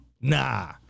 Nah